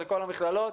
חלקו למכללות,